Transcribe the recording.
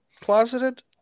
closeted